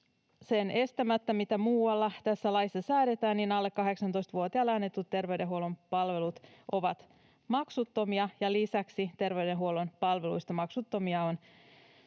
sen estämättä, mitä muualla tässä laissa säädetään, alle 18-vuotiaille annetut terveydenhuollon palvelut ovat maksuttomia, ja lisäksi terveydenhuollon palveluista maksuttomia